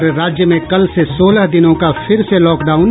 और राज्य में कल से सोलह दिनों का फिर से लॉकडाउन